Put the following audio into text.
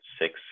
six